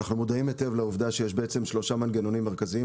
אנחנו מודעים היטב לעובדה שיש בעצם שלושה מנגנונים מרכזיים,